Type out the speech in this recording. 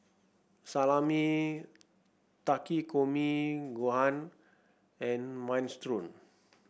Salami Takikomi Gohan and Minestrone